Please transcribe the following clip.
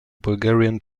bulgarian